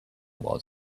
was